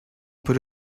peut